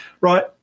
right